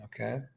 Okay